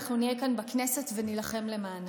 אנחנו נהיה כאן בכנסת ונילחם למענם.